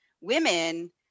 women